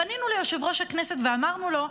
פנינו ליושב-ראש הכנסת ואמרנו לו: